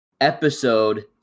episode